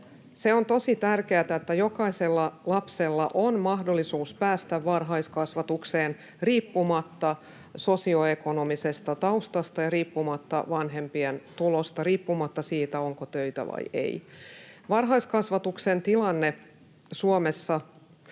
Se on tosi tärkeätä, että jokaisella lapsella on mahdollisuus päästä varhaiskasvatukseen riippumatta sosioekonomisesta taustasta, riippumatta vanhempien tuloista ja riippumatta siitä, onko töitä vai ei. Varhaiskasvatuksen tilanne Suomessa